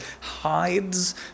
hides